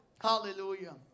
Hallelujah